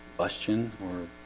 question or